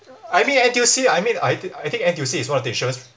I mean N_T_U_C I mean I th~ I think N_T_U_C is one of the insurance